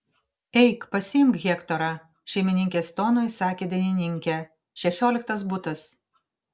eik pasiimk hektorą šeimininkės tonu įsakė dainininkė šešioliktas butas